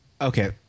Okay